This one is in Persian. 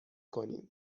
کنیم